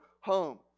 home